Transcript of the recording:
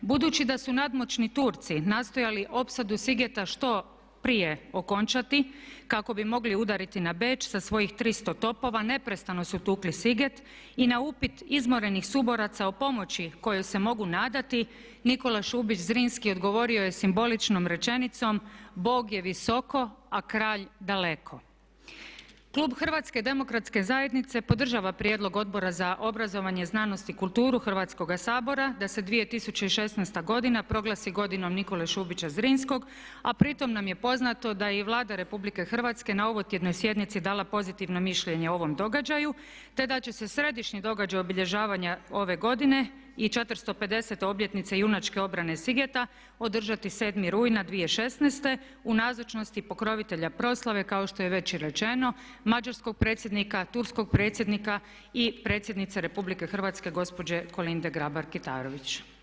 Budući da su nadmoćni Turci nastojali opsadu Sigeta što prije okončati kako bi mogli udariti na Beč sa svojih 300 topova neprestano su tukli Siget i na upit izmorenih suboraca o pomoći kojoj se mogu nadati Nikola Šubić Zrinski je odgovorio simboličnom rečenicom "Bog je visoko, a kralj daleko." Klub HDZ-a podržava prijedlog Odbora za obrazovanje, znanost i kulturu Hrvatskoga sabora da se 2016. godina proglasi godinom Nikole Šubića Zrinskog a pritom nam je poznato da je i Vlada Republike Hrvatske na ovotjednoj sjednici dala pozitivno mišljenje o ovom događaju te da će se središnji događaj obilježavanja ove godine i 450. obljetnice junačke obrane Sigeta održati 7. rujna 2016. u nazočnosti pokrovitelja proslave kao što je već i rečeno mađarskog predsjednika, turskog predsjednika i predsjednice Republike Hrvatske gospođe Kolinde Grabar-Kitarović.